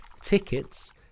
tickets